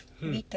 hmm